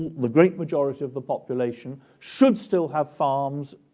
the great majority of the population, should still have farms,